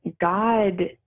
God